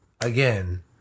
again